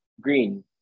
Green